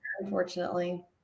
Unfortunately